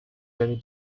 very